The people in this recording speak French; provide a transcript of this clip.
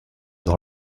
dans